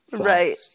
Right